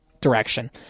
direction